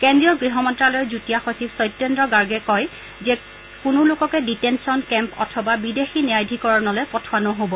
কেন্দ্ৰীয় গৃহমন্ত্যালয়ৰ যুটীয়া সচিব চৈতেন্দ্ৰ গাৰ্গে কয় যে কোনোলোককে ডিটেনচন কেম্প অথবা বিদেশী ন্যায়াধীকৰণলৈ পঠোৱা নহ'ব